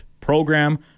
program